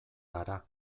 gara